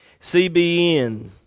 CBN